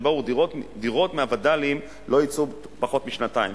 דירות מהווד"לים לא יצאו בתוך פחות משנתיים,